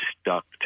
stuck